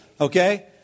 Okay